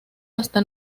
hasta